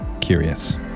curious